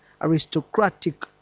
aristocratic